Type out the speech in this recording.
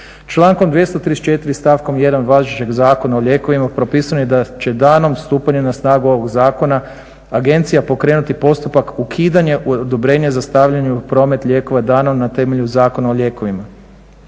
Člankom 234., stavkom 1 važećeg Zakona o lijekovima propisano je da će danom stupanja na snagu ovog zakona agencija pokrenuti postupak ukidanja odobrenja za stavljanje u promet lijekova dana na temelju Zakona o lijekovima